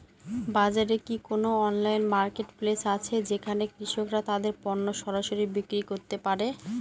বাজারে কি কোন অনলাইন মার্কেটপ্লেস আছে যেখানে কৃষকরা তাদের পণ্য সরাসরি বিক্রি করতে পারে?